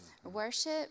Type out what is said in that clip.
Worship